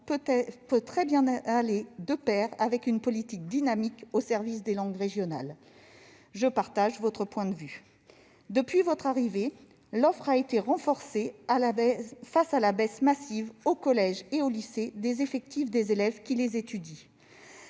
peut très bien aller de pair avec une politique dynamique au service des langues régionales. » Je partage ce point de vue. Depuis votre arrivée, l'offre a été renforcée face à la baisse massive, au collège et au lycée, des effectifs d'élèves étudiant